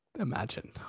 imagine